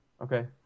Okay